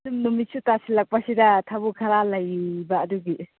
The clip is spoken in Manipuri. ꯁꯨꯝ ꯅꯨꯃꯤꯠꯁꯨ ꯇꯥꯁꯤꯜꯂꯛꯄꯁꯤꯗ ꯊꯕꯛ ꯈꯔ ꯂꯩꯕ ꯑꯗꯨꯒꯤ